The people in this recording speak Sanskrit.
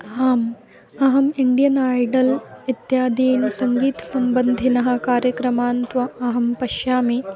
आम् अहम् इण्डियन् ऐडल् इत्यादीन् सङ्गीतसम्बन्धिनः कार्यक्रमान् तु अहं पश्यामि